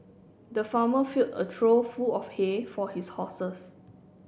the farmer filled a trough full of hay for his horses